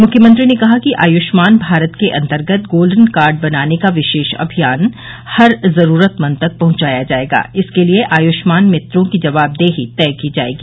मुख्यमंत्री ने कहा कि आयुष्मान भारत के अन्तर्गत गोल्डन कार्ड बनाने का विशेष अभियान हर जरूरतमंद तक पहुंचाया जायेगा इसके लिए आयुष्मान मित्रों की जवाबदेही तय की जायेगी